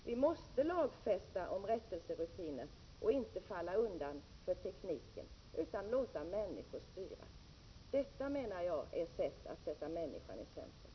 Vi måste lagstifta om rättelserutiner. Vi får inte falla undan för tekniken utan måste låta människor styra. Detta, menar jag, är att sätta människan i centrum.